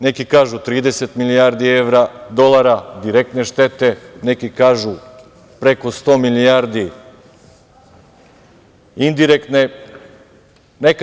Neki kažu 30 milijardi evra, dolara, direkte štete, neki kažu preko 100 milijardi indirektne.